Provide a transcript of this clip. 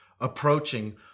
approaching